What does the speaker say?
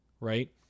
Right